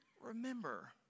remember